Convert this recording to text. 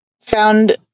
found